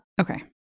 okay